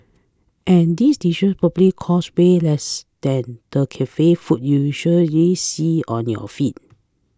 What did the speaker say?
and these dishes probably cost way less than the cafe food you usually see on your feed